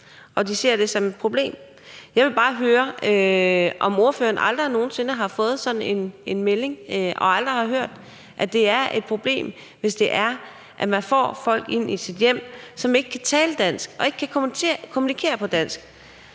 at de ser det som et problem. Jeg vil bare høre, om ordføreren aldrig nogen sinde har fået sådan en melding og aldrig har hørt, at det er et problem, hvis det er, at man får folk ind i sit hjem, som ikke kan tale dansk og ikke kan kommunikere på dansk?